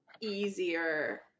easier